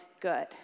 good